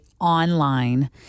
online